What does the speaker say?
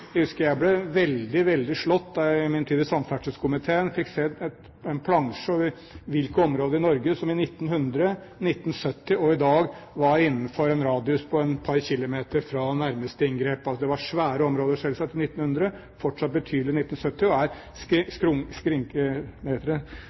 Jeg husker jeg ble veldig, veldig overrasket da jeg i min tid i samferdselskomiteen fikk se en plansje over hvilke områder i Norge som i 1900, 1970 og i dag var innenfor en radius på et par kilometer fra nærmeste inngrep. Det var svære områder, selvsagt, i 1900, fortsatt betydelige i 1970, og det er